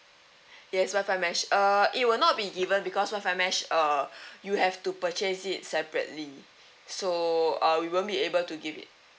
yes wifi mesh uh it will not be given because wifi mesh uh you have to purchase it separately so uh we won't be able to give it